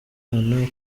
impano